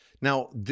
Now